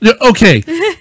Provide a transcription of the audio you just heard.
Okay